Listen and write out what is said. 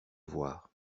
voir